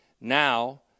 Now